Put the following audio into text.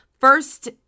first